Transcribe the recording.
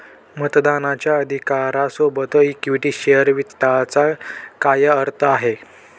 मतदानाच्या अधिकारा सोबत इक्विटी शेअर वित्ताचा काय अर्थ आहे?